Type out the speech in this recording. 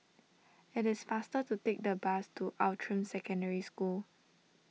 it is faster to take the bus to Outram Secondary School